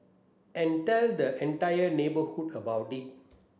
and tell the entire neighbourhood about it